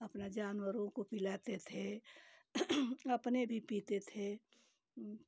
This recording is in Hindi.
पहले जानवरों को पिलाते थे अपने भी पीते थे